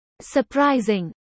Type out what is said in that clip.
Surprising